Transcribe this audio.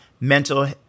mental